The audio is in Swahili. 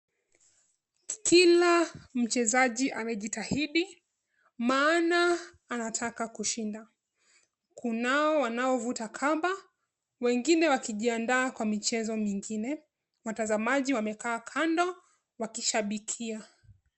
Kila mchezaji amejitahidi, maana anataka kushinda. Kunao wanaovuta kamba, wengine wakijiandaa kwa michezo mingine. Watazamaji wamekaa kando, wakishabikia.